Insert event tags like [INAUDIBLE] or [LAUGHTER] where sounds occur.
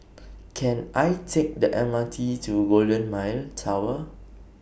[NOISE] Can I Take The M R T to Golden Mile Tower